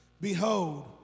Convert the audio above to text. behold